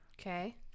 Okay